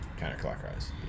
Counterclockwise